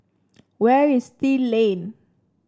where is Still Lane